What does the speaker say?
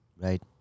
Right